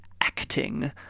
acting